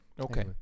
Okay